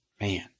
man